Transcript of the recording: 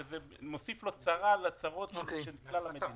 שזה מוסיף לו צרה על הצרות של כלל המדינה.